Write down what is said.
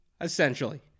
essentially